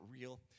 real